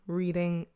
reading